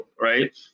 right